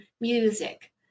music